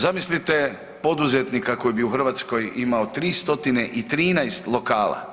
Zamislite poduzetnika koji bi u Hrvatskoj imao 313 lokala.